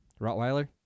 Rottweiler